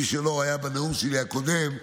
מי שלא היה בנאום הקודם שלי,